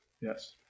Yes